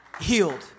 Healed